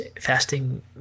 fasting